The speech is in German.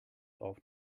auf